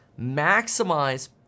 Maximize